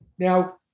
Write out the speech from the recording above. Now